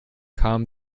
kam